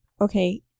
Okay